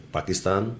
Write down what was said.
Pakistan